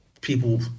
people